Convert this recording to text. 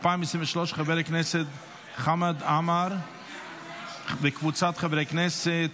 של חבר הכנסת חמד עמאר וקבוצת חברי הכנסת.